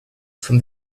from